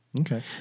Okay